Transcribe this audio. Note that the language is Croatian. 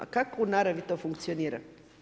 A kako u naravi to funkcionira.